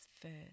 first